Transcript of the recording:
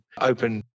open